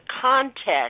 context